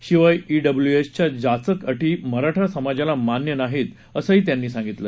शिवाय ईडब्लूएसच्या जाचक अटी मराठा समाजाला मान्य नाहीत असं त्यांनी सांगितलं